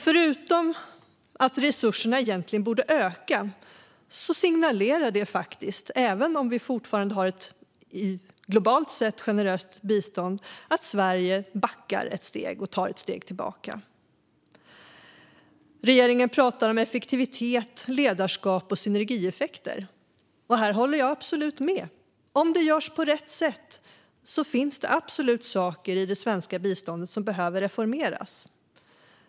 Förutom att resurserna egentligen borde öka signalerar det, även om vi fortfarande globalt sett har ett generöst bistånd, att Sverige backar och tar ett steg tillbaka. Regeringen talar om effektivitet, ledarskap och synergieffekter. Här håller jag absolut med. Om det görs på rätt sätt finns det absolut saker i det svenska biståndet som behöver reformeras.